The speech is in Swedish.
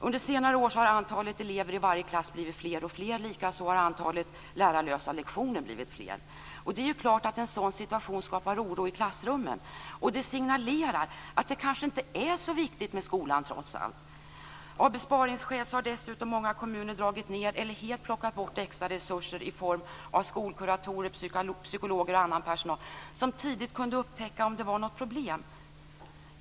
Under senare år har antalet elever i varje klass blivit allt större, likaså har antalet lärarlösa lektioner blivit större. Det är klart att en sådan situation skapar oro i klassrummen, och det signalerar att skolan kanske trots allt inte är så viktig. Av besparingsskäl har dessutom många kommuner dragit ned eller helt plockat bort extra resurser i form av skolkuratorer, psykologer och annan personal som tidigt kunde upptäcka om det var något problem.